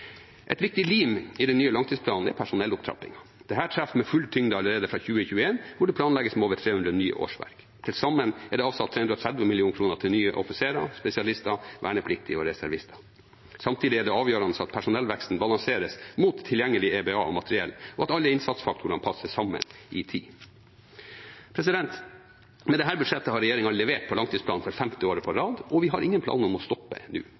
Et viktig lim i den nye langtidsplanen er personellopptrappingen. Dette treffer med full tyngde allerede fra 2021, hvor det planlegges med over 300 nye årsverk. Til sammen er det avsatt 330 mill. kr til nye offiserer, spesialister, vernepliktige og reservister. Samtidig er det avgjørende at personellveksten balanseres mot tilgjengelig EBA og materiell, og at alle innsatsfaktorene passer sammen i tid. Med dette budsjettet har regjeringen levert på langtidsplanen for femte året på rad, og vi har ingen planer om å stoppe nå.